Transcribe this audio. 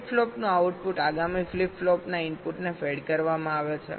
flip flop નું output આગામી flip flop ના ઇનપુટને ફેડ કરવામાં આવે છે